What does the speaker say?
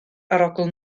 arogl